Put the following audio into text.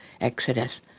exodus